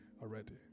already